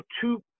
two